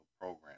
program